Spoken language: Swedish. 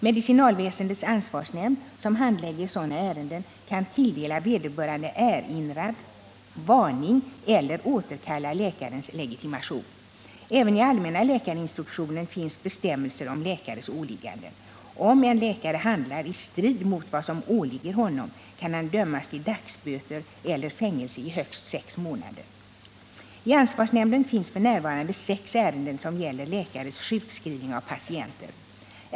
Medicinalväsendets ansvarsnämnd, som handlägger sådana ärenden, kan tilldela vederbörande erinran, varning eller återkalla läkarens legitimation. Även i allmänna läkarinstruktionen finns bestämmelser om läkares åligganden. Om en läkare handlar i strid mot vad som åligger honom kan han dömas till dagsböter eller fängelse i högst sex månader. I ansvarsnämnden finns f. n. sex ärenden som gäller läkares sjukskrivning av patienter.